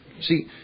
See